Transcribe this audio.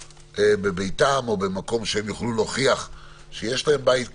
בביתם ושהם יוכלו להוכיח שיש להם בית כזה,